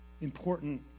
important